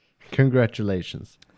Congratulations